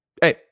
Hey